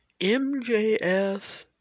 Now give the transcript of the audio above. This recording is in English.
MJF